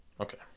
Okay